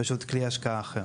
פשוט כלי השקעה אחר.